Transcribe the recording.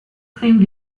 claimed